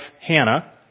Hannah